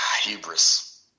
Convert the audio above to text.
hubris